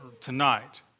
tonight